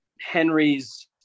Henry's